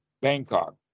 Bangkok